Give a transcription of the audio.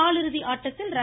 காலிறுதி ஆட்டத்தில் ர